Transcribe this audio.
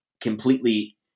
completely